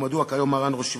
אחד מראשי